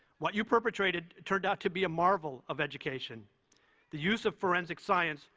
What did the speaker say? what you perpetrated turned out to be a marvel of education the use of forensic science,